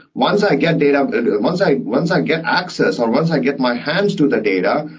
once i get data once i once i get access, or once i get my hands to the data,